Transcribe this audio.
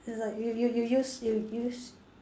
it's like you you you use you use